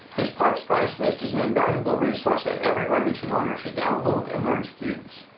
this parts price list is an invaluable resource that every remington owner should download and learn to use.